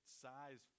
size